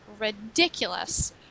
ridiculous